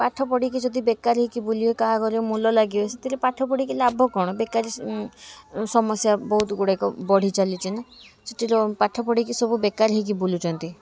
ପାଠ ପଢ଼ିକି ଯଦି ବେକାର ହେଇକି ବୁଲିବ କାହା ଘରେ ମୂଲ ଲାଗିବେ ସେଥିରେ ପାଠ ପଢ଼ିକି ଲାଭ କ'ଣ ବେକାରୀ ସମସ୍ୟା ବହୁତ ଗୁଡ଼ାକ ବଢ଼ିଚାଲିଛି ନା ସେଥିର ପାଠ ପଢ଼ିକି ସବୁ ବେକାର ହେଇକି ବୁଲୁଛନ୍ତି